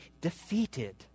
defeated